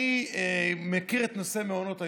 אני מכיר את נושא מעונות היום.